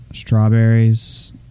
strawberries